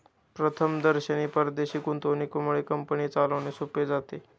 प्रथमदर्शनी परदेशी गुंतवणुकीमुळे कंपनी चालवणे सोपे जाते